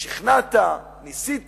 שכנעת, ניסית,